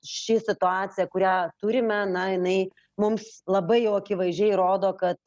ši situacija kurią turime na jinai mums labai jau akivaizdžiai rodo kad